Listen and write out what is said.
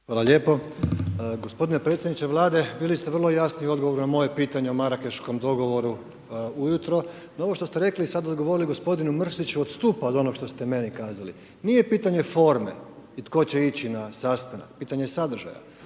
Hvala lijepo, gospodine predsjedniče Vlade, bili ste vrlo jasni u odgovoru na moje pitanje o Marakeškom dogovoru ujutro no ovo što ste rekli, sad odgovorili gospodinu Mrsiću odstupa od onog što ste meni kazali, nije pitanje forme i tko će ići na sastanak, pitanje je sadržaja